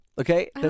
Okay